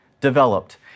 developed